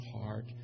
heart